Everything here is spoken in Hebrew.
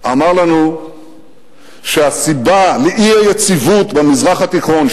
אמר לנו שהסיבה לאי-יציבות במזרח התיכון,